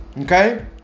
okay